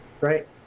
right